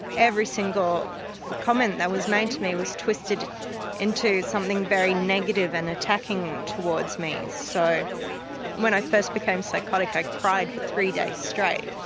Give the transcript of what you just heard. every single comment that was made to me was twisted into something very negative and attacking towards me, so when i first became psychotic i cried for three days straight.